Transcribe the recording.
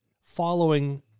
following